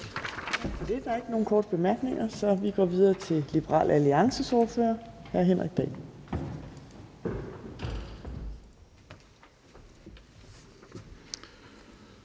for det. Der er ikke nogen korte bemærkninger, så vi går videre til Liberal Alliances ordfører, hr. Henrik Dahl.